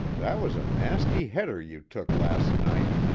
that was a nasty header you took last night.